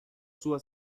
sua